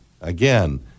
again